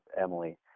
Emily